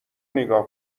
نیگا